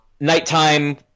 nighttime